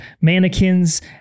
mannequins